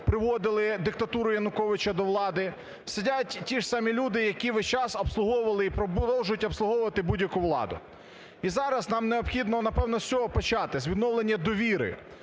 приводили диктатуру Януковича до влади, сидять ті ж самі люди, які весь час обслуговували і продовжують обслуговувати будь-яку владу. І зараз нам необхідно, напевно, з цього почати – з відновлення довіри.